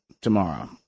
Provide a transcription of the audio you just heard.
tomorrow